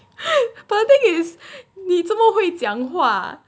but the thing is 你怎么会讲话